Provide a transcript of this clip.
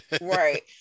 Right